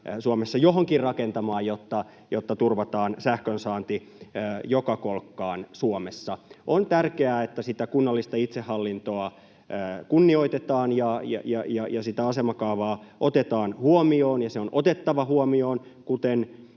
Suomessa johonkin rakentamaan, jotta turvataan sähkönsaanti joka kolkkaan Suomessa. On tärkeää, että sitä kunnallista itsehallintoa kunnioitetaan ja sitä asemakaavaa otetaan huomioon, ja se on otettava huomioon, kuten